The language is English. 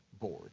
board